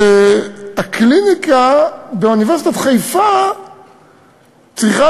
שהקליניקה באוניברסיטת חיפה צריכה